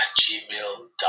gmail.com